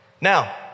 Now